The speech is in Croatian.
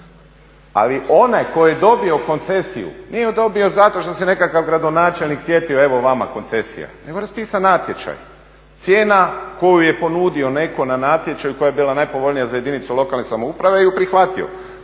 Ali onaj koji je dobio koncesiju nije ju dobio zato što se nekakav gradonačelnik sjetio evo vama koncesija nego je raspisan natječaj. Cijena koju je ponudio netko na natječaju koja je bila najpovoljnija za jedinicu lokalne samouprave ju je prihvatio.